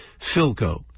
Philco